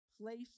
place